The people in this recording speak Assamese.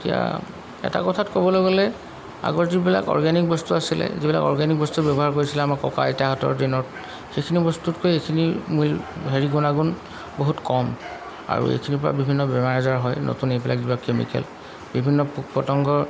এতিয়া এটা কথাত ক'বলৈ গ'লে আগৰ যিবিলাক অৰ্গেনিক বস্তু আছিলে যিবিলাক অৰ্গেনিক বস্তু ব্যৱহাৰ কৰিছিলে আমাৰ ককা আইতাহঁতৰ দিনত সেইখিনি বস্তুতকৈ এইখিনি মিল হেৰি গুণাগুণ বহুত কম আৰু এইখিনিৰপৰা বিভিন্ন বেমাৰ আজাৰ হয় নতুন এইবিলাক যিবিলাক কেমিকেল বিভিন্ন পোক পতংগৰ